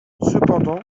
cependant